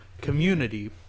community